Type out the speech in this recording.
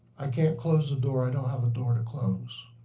i can't close the door. i don't have a door to close.